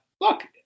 Look